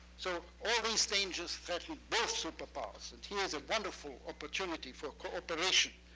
so all these dangers threaten both superpowers. and here's a wonderful opportunity for cooperation,